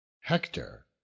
Hector